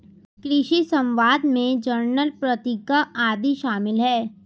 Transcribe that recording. कृषि समवाद में जर्नल पत्रिका आदि शामिल हैं